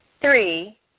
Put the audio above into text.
three